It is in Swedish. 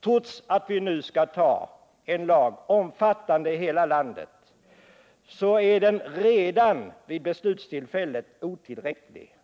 Trots att vi nu skall ta en lag omfattande hela landet, är den redan vid beslutstillfället otillräcklig.